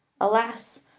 Alas